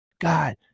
God